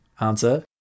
answer